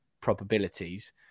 probabilities